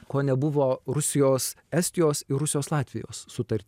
ko nebuvo rusijos estijos ir rusijos latvijos sutartyse